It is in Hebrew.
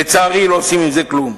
לצערי, לא עושים עם זה כלום.